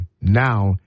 now